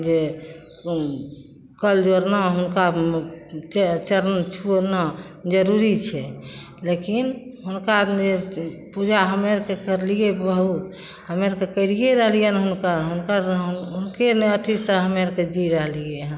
जे कल जोड़ना हुनका च चरण छूना जरूरी छै लेकिन हुनका पूजा हमे आओर तऽ करलिए बहुत हमे आओरके करिए रहलिए हुनकर हुनके ने अथीसे हमे आओरके जी रहलिए हँ